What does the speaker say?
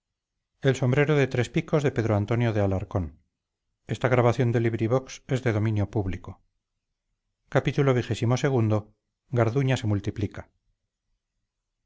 el sombrero de tres picos